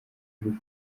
kuri